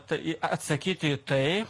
tai atsakyti į tai